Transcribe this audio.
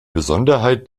besonderheit